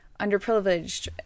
underprivileged